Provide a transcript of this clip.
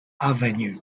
avenue